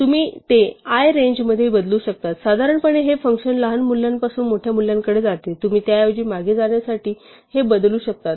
तुम्ही ते i रेंजमध्ये बदलू शकता साधारणपणे हे फ़ंक्शन लहान मूल्यापासून मोठ्या मूल्याकडे जाते तुम्ही त्याऐवजी मागे जाण्यासाठी हे बदलू शकता